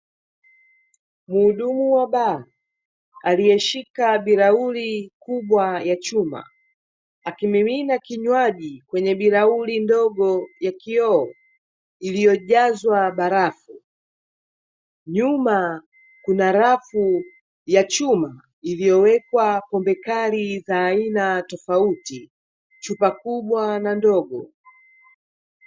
Muhudumu wa baa aliyeshika bilauri kubwa ya chuma akimimina kinywaji kwenye birauli ndogo ya kioo iliyojazwa barafu, nyuma kuna rafu ya chuma iliyowekwa pombe kali za aina tofauti, chupa kubwa na ndogo.